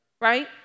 right